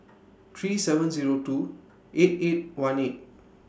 three seven Zero two eight eight one eight